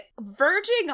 verging